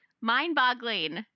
mind-boggling